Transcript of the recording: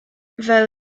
fel